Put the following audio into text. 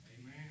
Amen